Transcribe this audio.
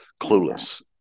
clueless